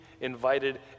invited